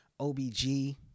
OBG